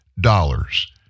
dollars